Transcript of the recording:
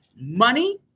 money